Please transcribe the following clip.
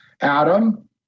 Adam